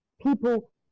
people